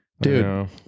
dude